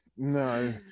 No